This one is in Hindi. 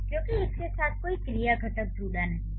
क्योंकि इसके साथ कोई क्रिया घटक जुड़ा नहीं है